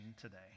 today